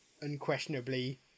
unquestionably